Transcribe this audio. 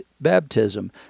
baptism